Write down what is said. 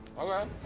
Okay